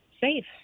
safe